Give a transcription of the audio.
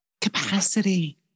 capacity